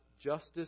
justice